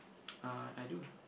ah I do